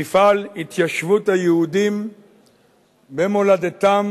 מפעל התיישבות היהודים במולדתם